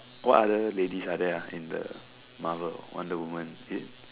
what other ladies are there ah in the Marvel wonder-woman it's